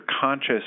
conscious